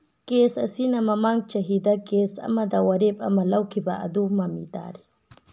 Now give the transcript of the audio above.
case ꯑꯁꯤꯅ ꯃꯃꯥꯡ ꯆꯍꯤꯗ ꯀꯦꯁ ꯑꯃꯗ ꯋꯥꯔꯦꯞ ꯑꯃ ꯂꯧꯈꯤꯕ ꯑꯗꯨ ꯃꯃꯤ ꯇꯥꯔꯤ